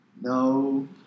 No